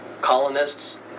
colonists